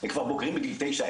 הם כבר בוגרים מגיל תשע,